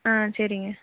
ஆ சரிங்க